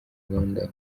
london